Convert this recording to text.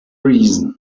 reason